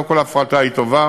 לא כל הפרטה היא טובה.